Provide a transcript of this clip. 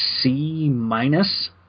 C-minus